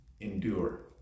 endure